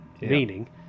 Meaning